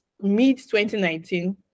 mid-2019